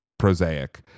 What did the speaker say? Prosaic